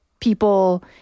people